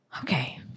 Okay